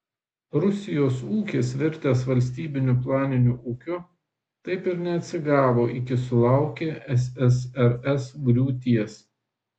rusijos ūkis virtęs valstybiniu planiniu ūkiu taip ir neatsigavo iki sulaukė ssrs griūties